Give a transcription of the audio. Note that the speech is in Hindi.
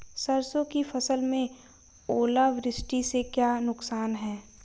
सरसों की फसल में ओलावृष्टि से क्या नुकसान है?